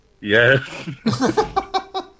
Yes